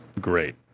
great